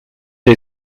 les